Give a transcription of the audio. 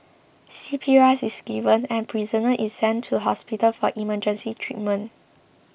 C P R is given and prisoner is sent to hospital for emergency treatment